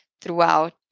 throughout